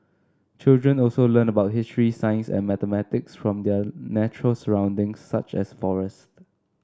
children also learn about history science and mathematics from their natural surroundings such as forests